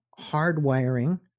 hardwiring